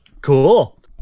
Cool